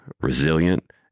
resilient